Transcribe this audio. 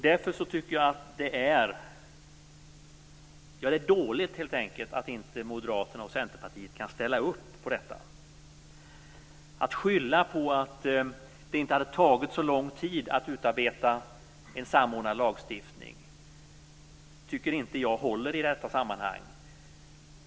Därför tycker jag helt enkelt att det är dåligt att Moderaterna och Centerpartiet inte kan ställa upp på detta. Att skylla på att det inte hade tagit så lång tid att utarbeta en samordnad lagstiftning tycker inte jag håller i detta sammanhang.